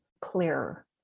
clearer